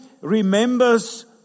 remembers